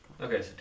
Okay